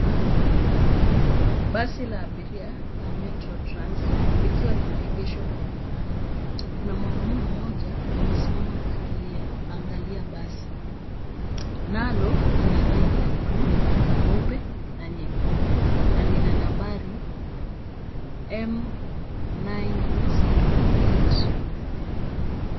Basi la abiria la Metrotrans likiwa limeegeshwa barabarani. Kuna mwanaume mmoja amesimama akiangalia basi. Nalo lina rangi ya bluu, nyeupe na nyekundu na lina nambari M908.